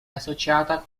associata